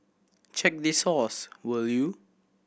check the source will you